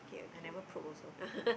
I never probe also